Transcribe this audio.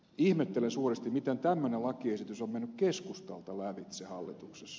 ihmettelen suuresti miten tämmöinen lakiesitys on mennyt keskustalta lävitse hallituksessa